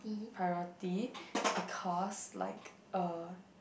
priority because like uh